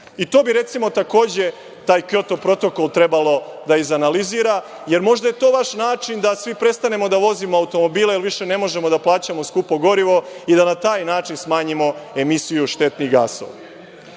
To bi, recimo, takođe Kjoto protokol trebalo da izanalizira, jer možda je to vaš način da svi prestanemo da vozimo automobile, jer više ne možemo da plaćamo skupo gorivo i da na taj način smanjimo emisiju štetnih gasova. Vi